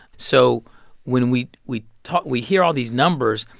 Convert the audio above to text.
so when we we talk we hear all these numbers,